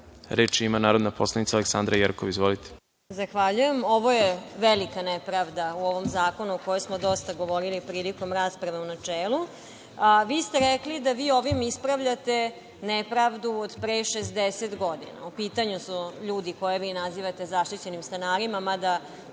ima narodna poslanica Aleksandra Jerkov. Izvolite. **Aleksandra Jerkov** Zahvaljujem. Ovo je velika nepravda u ovom zakonu, o kojoj smo dosta govorili, prilikom rasprave u načelu. Vi ste rekli da vi ovim ispravljate nepravdu od pre 60 godina. U pitanju su ljudi koje vi nazivate zaštićenim stanarima, mada